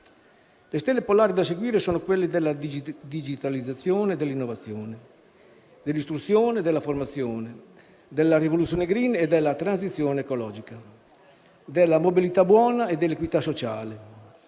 Le stelle polari da seguire sono quelle della digitalizzazione e dell'innovazione, dell'istruzione e della formazione, della rivoluzione *green* e della transizione ecologica, della mobilità buona e dell'equità sociale,